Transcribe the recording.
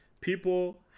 People